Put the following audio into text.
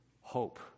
hope